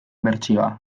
bertsioa